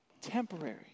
Temporary